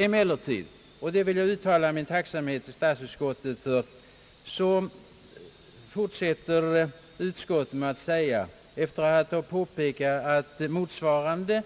Efter att ha erinrat om att anslag tillerkänts för motsvarande